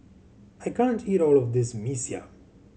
I can't eat all of this Mee Siam